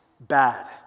bad